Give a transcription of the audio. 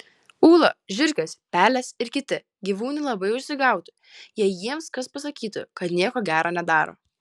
ūla žiurkės pelės ir kiti gyvūnai labai užsigautų jei jiems kas pasakytų kad nieko gera nedaro